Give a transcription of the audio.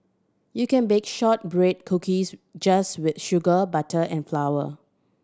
you can bake shortbread cookies just with sugar butter and flour